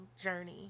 journey